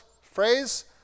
phrase